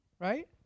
Right